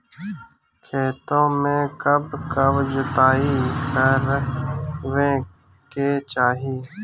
खेतो में कब कब जुताई करावे के चाहि?